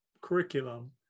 curriculum